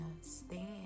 stand